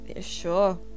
Sure